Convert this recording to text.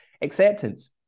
Acceptance